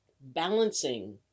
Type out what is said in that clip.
balancing